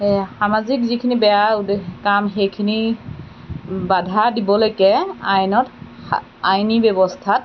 সেয়া সামাজিক যিখিনি বেয়া উদেশ কাম সেইখিনি বাধা দিবলৈকে আইনত আইনী ব্যৱস্থাত